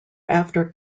after